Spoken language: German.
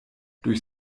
durch